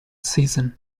season